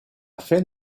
fin